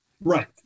Right